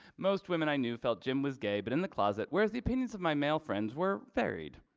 most women i knew felt jim was gay but in the closet whereas the opinions of my male friends were varied.